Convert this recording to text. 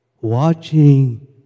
watching